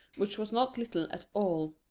which was not little at all.